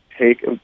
take